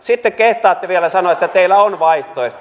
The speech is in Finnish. sitten kehtaatte vielä sanoa että teillä on vaihtoehto